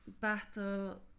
battle